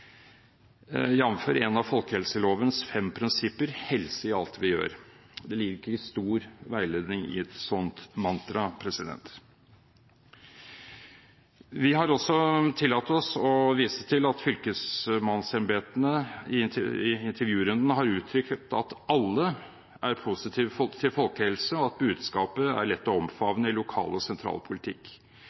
en av folkehelselovens fem prinsipper, «helse i alt vi gjør.» Det ligger ikke stor veiledning i et sånt mantra. Vi har også tillatt oss å vise til at fylkesmannsembetene i intervjurunden har uttrykt at «alle» er positive til folkehelse, og at budskapet er lett å omfavne i lokal og sentral politikk.